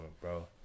bro